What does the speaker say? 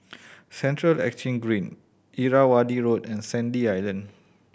Central Exchange Green Irrawaddy Road and Sandy Island